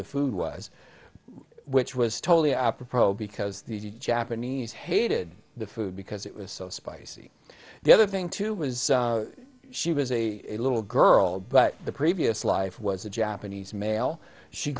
the food was which was totally opera pro because the japanese hated the food because it was so spicy the other thing too was she was a little girl but the previous life was a japanese male she